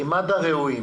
כי מד"א ראויים